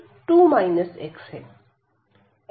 x0 है तब y 2 है